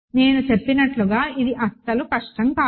నేను చెప్పినట్లు ఇది అస్సలు కష్టం కాదు